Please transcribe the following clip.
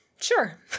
sure